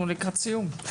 אנחנו לקראת סיום.